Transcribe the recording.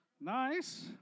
Nice